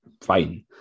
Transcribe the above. fine